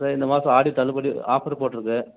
sir இந்த மாதம் ஆடித்தள்ளுபடி ஆஃபர் போட்டுருக்கு